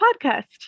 podcast